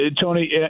Tony